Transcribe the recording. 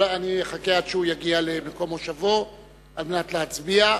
אני אחכה עד שהוא יגיע למקום מושבו על מנת להצביע.